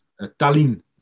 Tallinn